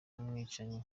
umwicanyi